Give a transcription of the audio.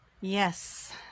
yes